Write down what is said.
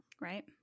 Right